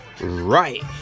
right